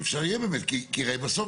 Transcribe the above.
באמת יהיה אפשר עוד פעם,